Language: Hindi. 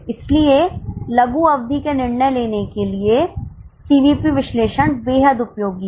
इसलिए लघु अवधि के निर्णय लेने के लिए सीवीपी विश्लेषण बेहद उपयोगी है